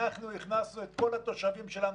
אנחנו הכנסנו את כל התושבים שלנו,